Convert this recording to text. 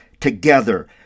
together